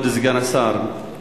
כבוד סגן השר,